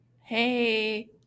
hey